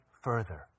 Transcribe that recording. further